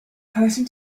person